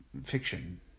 fiction